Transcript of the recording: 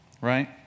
right